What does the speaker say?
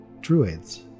druids